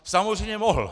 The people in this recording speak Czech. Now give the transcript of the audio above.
Samozřejmě mohl.